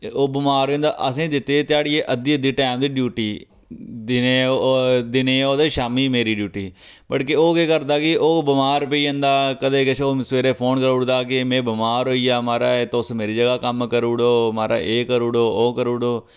ते ओह् बमार होई जंदा असें दित्ती दी ध्याड़ियै दी अद्धी अद्धी टैम दी ड्यूटी दिनें ओह् दिनें ओह् ते शामीं मेरी ड्यूटी बट केह् ओह् केह् करदा के ओह् बमार पेई जंदा कदें किश ओह् सवेरे फोन करुड़दा के में बमार होई गेआ महाराज़ तुस मेरी जगह् कम्म करुड़ो महाराज़ एह् करुड़ो ओह् करुड़ो